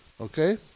Okay